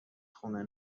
خونه